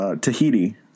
Tahiti